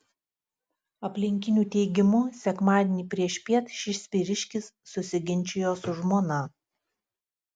aplinkinių teigimu sekmadienį priešpiet šis vyriškis susiginčijo su žmona